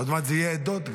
עוד מעט זה יהיה גם עדות.